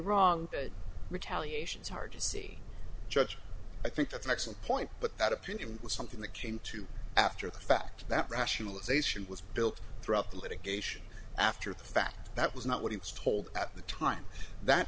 wrong retaliations hard to see judge i think that's an excellent point but that opinion was something that came to after the fact that rationalisation was built through up litigation after the fact that was not what he was told at the time that